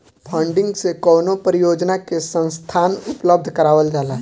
funding से कवनो परियोजना के संसाधन उपलब्ध करावल जाला